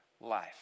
life